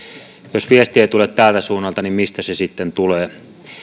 jos viesti ei tule tältä suunnalta niin mistä se sitten tulee